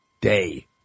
day